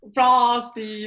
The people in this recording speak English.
Frosty